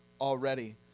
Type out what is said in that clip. already